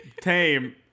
tame